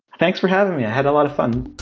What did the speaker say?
thanks for having me. i had a lot of fun.